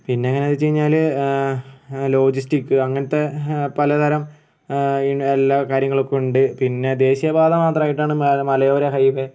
പിന്നെ എങ്ങനെ എന്ന് വെച്ച് കഴിഞ്ഞാൽ ലോജിസ്റ്റിക് അങ്ങനത്തെ പല തരം എല്ലാ കാര്യങ്ങൾക്കും ഉണ്ട് പിന്നെ ദേശീയ പാത മാത്രമായിട്ടാണ് മലയോര ഹൈവേ